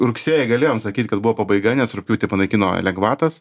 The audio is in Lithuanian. rugsėjį galėjom sakyt kad buvo pabaiga nes rugpjūtį panaikino lengvatas